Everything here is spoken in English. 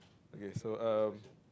okay so um